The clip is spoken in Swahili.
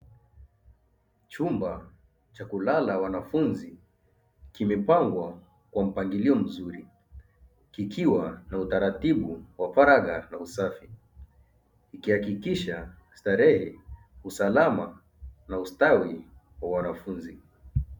Chumba cha kulala wanafunzi kimepangwa kwa mpangilio mzuri. Kikiwa na utaratibu wa faragha na usafi, ikihakikisha starehe usalama na ustawi wa wanafunzi.